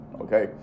okay